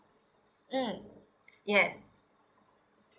mm yes